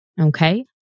Okay